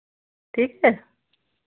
ठीक है